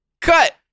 cut